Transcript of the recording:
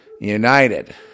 United